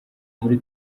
muri